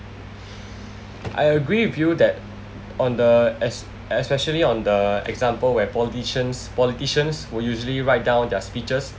I agree with you that on the es~ especially on the example where politicians politicians will usually write down their speeches